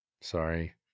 sorry